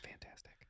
Fantastic